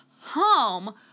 home